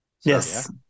Yes